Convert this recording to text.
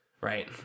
right